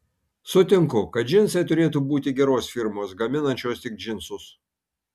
sutinku kad džinsai turėtų būti geros firmos gaminančios tik džinsus